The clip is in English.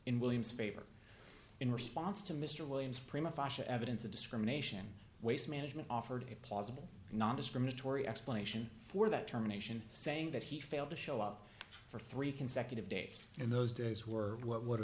in williams favor in response to mr williams prima fascia evidence of discrimination waste management offered a plausible nondiscriminatory explanation for that terminations saying that he failed to show up for three consecutive days in those days were what